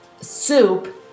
soup